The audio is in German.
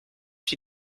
die